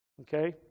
okay